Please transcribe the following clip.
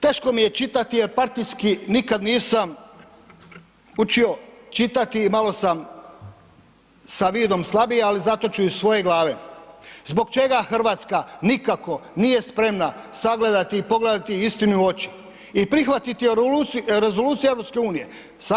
Teško mi je čitati jer partijski nikad nisam učio čitati, malo sam sa vidom slabiji ali zato ću iz svoje glave, zbog čega Hrvatska nikako nije spremna sagledati i pogledati istini u oči i prihvatiti Rezoluciju EU-a.